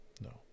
No